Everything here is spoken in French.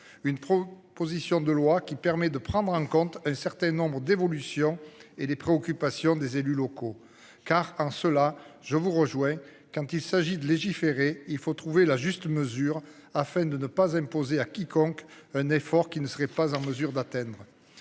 une pro position de loi qui permet de prendre en compte un certains nombres d'évolution et les préoccupations des élus locaux car en cela je vous rejoins quand il s'agit de légiférer, il faut trouver la juste mesure afin de ne pas imposer à quiconque. Un effort qui ne serait pas en mesure d'atteindre.